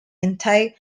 anti